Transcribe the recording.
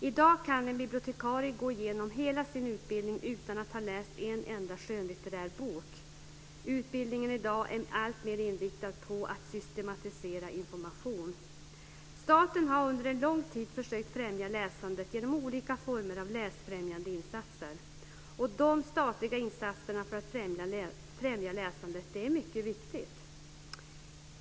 I dag kan en bibliotekarie gå igenom hela sin utbildning utan att ha läst en enda skönlitterär bok. Utbildningen är alltmer inriktad på att systematisera information. Staten har under lång tid försökt främja läsandet genom olika former av läsfrämjande insatser. De statliga insatserna för att främja läsandet är mycket viktiga.